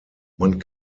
man